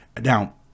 Now